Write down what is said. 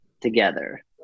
together